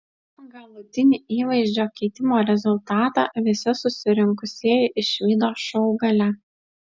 galutinį įvaizdžio keitimo rezultatą visi susirinkusieji išvydo šou gale